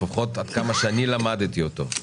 לפחות עד כמה שאני למדתי אותו,